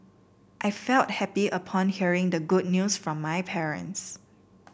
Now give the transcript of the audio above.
I felt happy upon hearing the good news from my parents